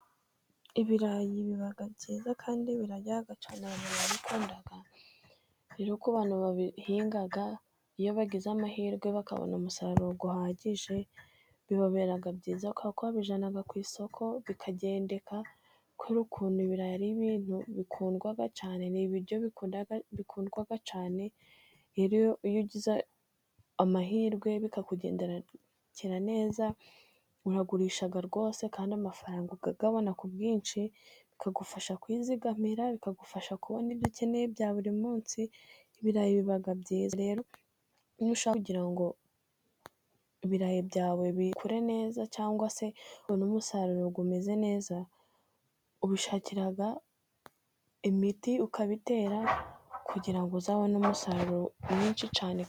Ibirayi biba byiza kandi birajya abantu babikunda rero uko abantu babihinga iyo bagize amahirwe bakabona umusaruro uhagije bibabera byiza ,kuko babijyana ku isoko bikagendeka ko ari ukuntu ibirayi ibintu bikundwaga cyane ni ibiryo bikundwa cyane, iyo ugize amahirwe bikakugendekera neza uragurisha rwose kandi amafaranga ukagabana ku bwinshi bikagufasha kuzigamira bikagufasha kubona ibyo ukeneye bya buri munsi, ibirayi biba byiza rero ushaka kugira ngo ibirayi byawe biyikure neza cyangwa se u umusaruro ngo umeze neza ubishakira imiti ukaba itera kugira ngo uzabone umusaruro mwinshi cyane.